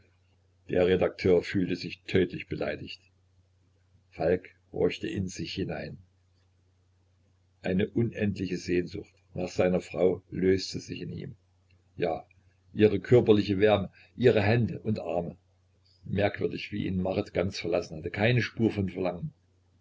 der redakteur fühlte sich tödlich beleidigt falk horchte in sich hinein eine unendliche sehnsucht nach seiner frau löste sich in ihm ja ihre körperliche wärme ihre hände und arme merkwürdig wie ihn marit ganz verlassen hatte keine spur von verlangen